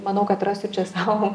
manau kad rastiu čia sau